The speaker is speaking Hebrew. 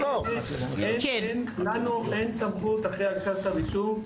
לנו אין סמכות אחרי הגשת כתב אישום,